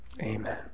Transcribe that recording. Amen